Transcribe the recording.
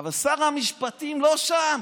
אבל שר המשפטים לא שם.